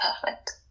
perfect